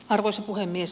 arvoisa puhemies